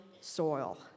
soil